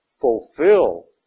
fulfill